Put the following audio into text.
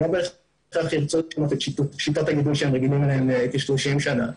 הם לא בהכרח ירצו לשנות את שיטת הגידול שהם רגילים אליה במשך 30 שנה.